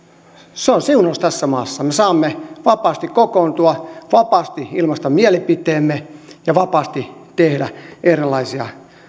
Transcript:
se on siunaus tässä maassa me saamme vapaasti kokoontua vapaasti ilmaista mielipiteemme ja vapaasti tehdä erilaisia